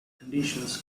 conditions